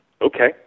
okay